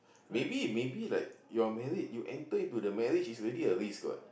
maybe maybe like you're married you enter into the marriage it's already a risk what